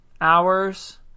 hours